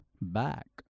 back